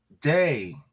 day